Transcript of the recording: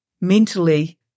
mentally